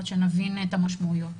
עד שנבין את המשמעויות